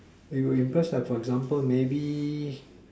you impressed lah for example maybe